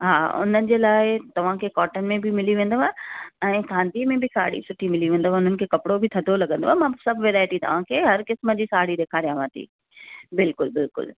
हा हुन जे लाइ तव्हांखे कॉटन में बि मिली वेंदव ऐं कांधीअ में बि साड़ी सुठी मिली वेंदव उन्हनि खे कपिड़ो बि थधो लॻंदो आहे मां सभु वैरायटी तव्हांखे हर क़िस्म जी साड़ी ॾेखारियांव थी बिल्कुलु बिल्कुलु